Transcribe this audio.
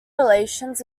relations